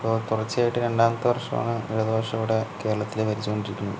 ഇപ്പോൾ തുടർച്ചായിട്ട് രണ്ടാമത്തെ വര്ഷമാണ് ഇടതുപക്ഷം ഇവടെ കേരളത്തില് ഭരിച്ചുകൊണ്ടിരിക്കുന്നത്